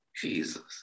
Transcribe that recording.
Jesus